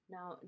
Now